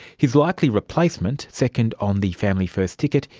his likely replacement, second on the family first ticket,